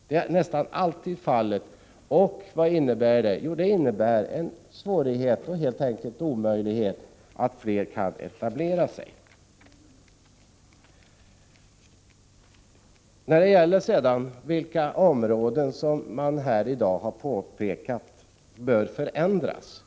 Så är nästan alltid fallet. Vad innebär det? Jo, det gör det helt enkelt omöjligt för fler att etablera sig. Det har i dag pekats på en del områden i lagstiftningen som bör förändras.